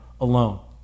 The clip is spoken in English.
alone